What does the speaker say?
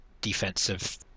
defensive